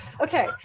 Okay